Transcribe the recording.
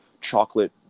chocolate